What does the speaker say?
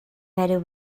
weather